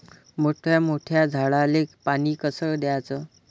मोठ्या मोठ्या झाडांले पानी कस द्याचं?